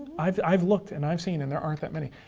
i've i've looked and i've seen and there aren't that many,